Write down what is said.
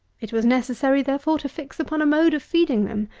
it was necessary, therefore, to fix upon a mode of feeding them.